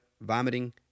vomiting